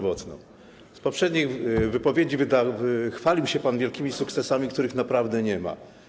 W poprzedniej wypowiedzi chwalił się pan wielkimi sukcesami, których naprawdę nie ma.